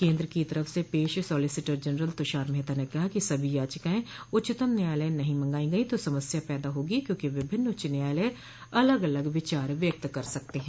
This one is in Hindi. केंद्र की तरफ से पेश सॉलिसिटर जनरल तुषार मेहता ने कहा कि सभी याचिकाएं उच्चतम न्यायालय नहीं मंगाई गई तो समस्या पैदा होगी क्योंकि विभिन्न उच्च न्यायालय अलग अलग विचार व्यक्त कर सकते हैं